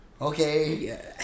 Okay